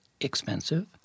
expensive